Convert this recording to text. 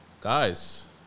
guys